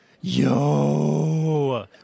Yo